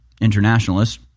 internationalists